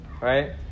right